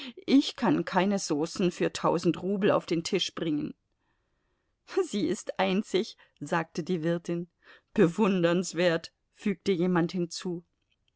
ich kann keine saucen für tausend rubel auf den tisch bringen sie ist einzig sagte die wirtin bewundernswert fügte jemand hinzu